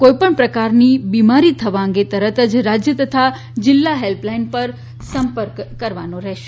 કોઇ પણ પ્રકારની બીમારી થવા અંગે તરત જ રાજ્ય અથવા જિલ્લા હેલ્પલાઇન પર સંપર્ક કરવો પડશે